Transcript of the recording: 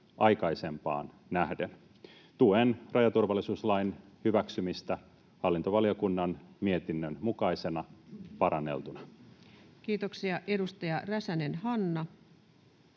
aikaisempaan nähden. Tuen rajaturvallisuuslain hyväksymistä hallintovaliokunnan mietinnön mukaisena, paranneltuna. Kiitoksia. — Edustaja Räsänen, Hanna.